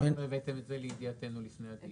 מה שאנחנו מבקשים זה בעצם שיהיה פה איזושהי אינטגרציה של כל